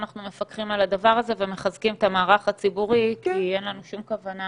אנחנו מפקחים על הדבר הזה ומחזקים את המערך הציבורי כי אין לנו שום כוונה